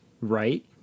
right